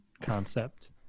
concept